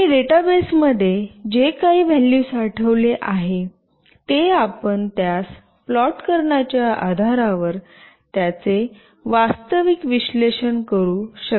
आणि डेटाबेसमध्ये जे काही व्हॅल्यू साठवले आहे ते आपण त्यास प्लॉट करण्याच्या आधारावर त्याचे वास्तविक विश्लेषण करू शकता